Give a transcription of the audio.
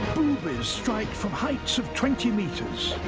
strike from heights of twenty meters.